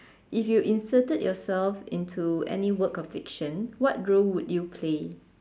if you inserted yourself into any work of fiction what role would you play